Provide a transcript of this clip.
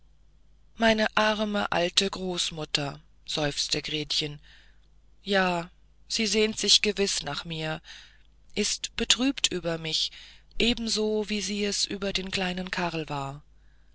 meine arme alte großmutter seufzte gretchen ja sie sehnt sich gewiß nach mir ist betrübt über mich ebenso wie sie es über den kleinen karl war